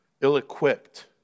ill-equipped